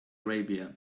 arabia